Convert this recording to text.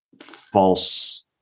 false